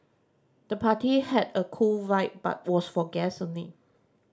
the party had a cool vibe but was for guests only